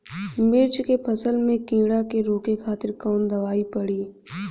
मिर्च के फसल में कीड़ा के रोके खातिर कौन दवाई पड़ी?